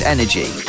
Energy